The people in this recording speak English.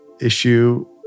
issue